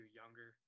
younger